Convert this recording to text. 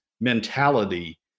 mentality